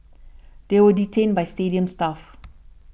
they were detained by stadium staff